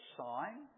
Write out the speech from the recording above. sign